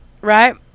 right